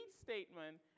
statement